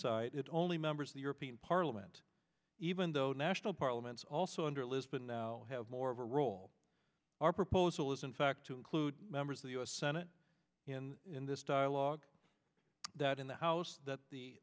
side it's only members of the european parliament even though national parliaments also under lisbon now have more of a role our proposal is in fact to include members of the u s senate in in this dialogue that in the house that the